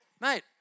Mate